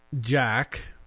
jack